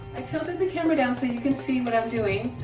i tilted the camera down so you can see what i'm doing.